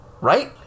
Right